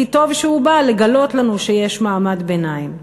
כי טוב שהוא בא לגלות לנו שיש מעמד ביניים.